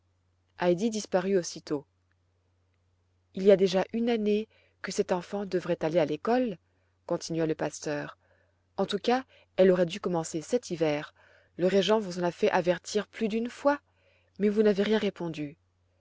heidi disparut aussitôt il y a déjà une année que cette enfant devrait aller à l'école continua le pasteur en tout cas elle aurait dû commencer cet hiver le régent vous en a fait avertir plus d'une fois mais vous n'avez rien répondu